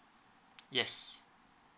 yes